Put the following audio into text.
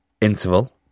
interval